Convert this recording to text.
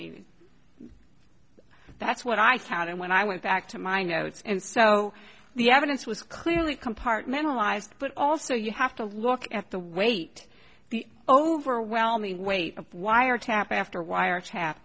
mean that's what i counted when i went back to my notes and so the evidence was clearly compartmentalized but also you have to look at the weight the overwhelming weight of wiretap after wiretap